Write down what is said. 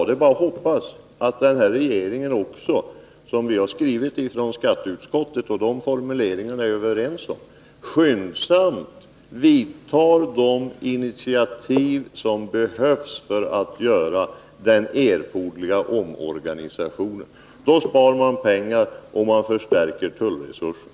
Det är bara att hoppas att den här regeringen skyndsamt — som vi har skrivit från skatteutskottet med formuleringar som vi är överens om — tar de initiativ som behövs för att göra den erforderliga omorganisationen. Då spar man pengar och man förstärker tullresurserna.